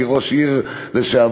כראש עיר לשעבר,